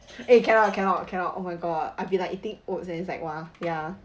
eh cannot cannot cannot oh my god I be like eating oats and it's like !wah! ya